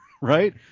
right